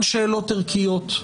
גם שאלות ערכיות.